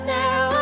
now